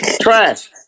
trash